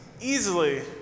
easily